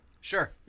Sure